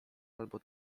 albo